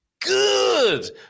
Good